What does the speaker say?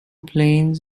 planes